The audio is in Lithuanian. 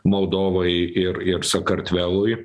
moldovai ir ir sakartvelui